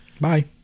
Bye